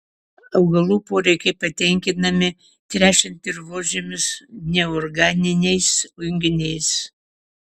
augalų poreikiai patenkinami tręšiant dirvožemius neorganiniais junginiais